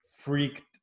freaked